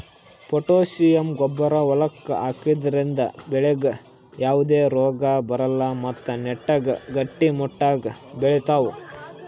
potassium ಗೊಬ್ಬರ್ ಹೊಲಕ್ಕ್ ಹಾಕದ್ರಿಂದ ಬೆಳಿಗ್ ಯಾವದೇ ರೋಗಾ ಬರಲ್ಲ್ ಮತ್ತ್ ನೆಟ್ಟಗ್ ಗಟ್ಟಿಮುಟ್ಟಾಗ್ ಬೆಳಿತಾವ್